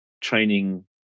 training